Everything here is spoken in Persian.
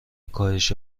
کاهش